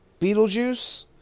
Beetlejuice